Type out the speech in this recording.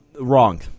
Wrong